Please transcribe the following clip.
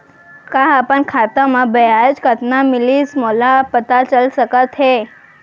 का अपन खाता म ब्याज कतना मिलिस मोला पता चल सकता है?